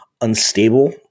unstable